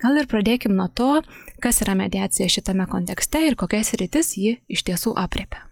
gal ir pradėkim nuo to kas yra mediacija šitame kontekste ir kokias sritis ji iš tiesų aprėpia